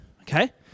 Okay